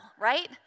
right